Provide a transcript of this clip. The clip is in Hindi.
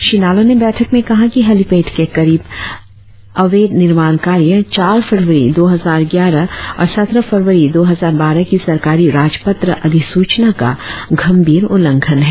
श्री नालो ने बैठक में कहा कि हैलिपेड के करीब अवैध निर्माण कार्य चार फरवरी दो हजार ग्यारह और सत्रह फरवरी दो हजार बारह की सरकारी राजपत्र अधिसूचना का गंभीर उल्लंधन है